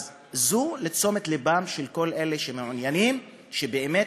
אז זה לתשומת לבם של מי שמעוניינים שבאמת